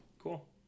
Cool